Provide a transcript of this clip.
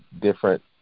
different